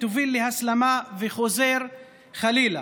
שתוביל להסלמה וחוזר חלילה,